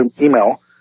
email